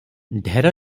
ଢେର